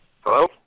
Hello